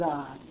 God